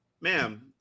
Ma'am